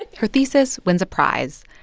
her thesis wins a prize.